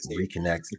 reconnect